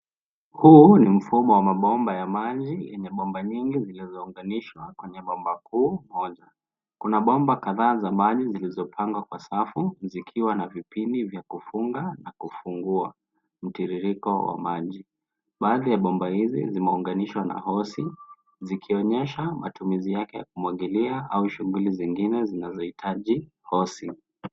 Huu ni mfumo wa mabomba ya maji yenye bomba nyingi, zilizounganishwa kwenye bomba kuu moja. Kuna bomba kadhaa za maji zilizopangwa kwa safu, zikiwa na vipini vya kufunga na kufungua mtiririko wa maji. Baadhi ya bomba hizi zimeunganishwa na hosi, zikionyesha matumizi yake ya kumwagilia, au shughuli zingine zinazohitaji hosi.